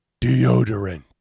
deodorant